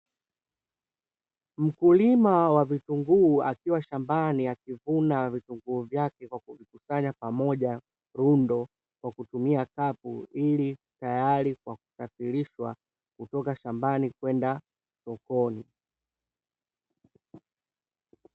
Mkulima wa vitunguu akiwa shambani akivuna vitunguu vyake kwa kuvikusanya pamoja rundo kwa kutumia kapu ili tayari kwa kusafirishwa kutoka shambani kwenda sokoni.